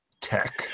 tech